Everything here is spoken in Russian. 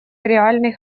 реальный